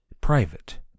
private